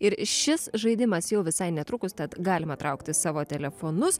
ir šis žaidimas jau visai netrukus tad galime traukti savo telefonus